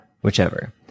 whichever